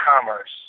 commerce